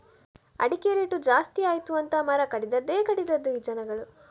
ಅಡಿಕೆ ರೇಟು ಜಾಸ್ತಿ ಆಯಿತು ಅಂತ ಮರ ಕಡಿದದ್ದೇ ಕಡಿದದ್ದು ಈ ಜನಗಳು